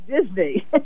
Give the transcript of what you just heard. Disney